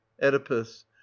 oedipus